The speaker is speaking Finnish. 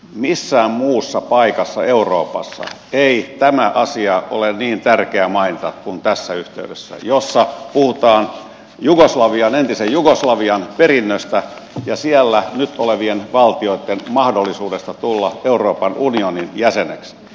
missään muussa paikassa euroopassa ei tämä asia ole niin tärkeää mainita kuin tässä yhteydessä jossa puhutaan entisen jugoslavian perinnöstä ja siellä nyt olevien valtioitten mahdollisuuksista tulla euroopan unionin jäseniksi